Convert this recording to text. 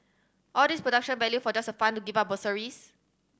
all this production value for just a fund to give up bursaries